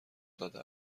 داده